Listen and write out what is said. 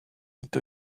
into